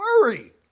worry